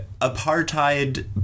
apartheid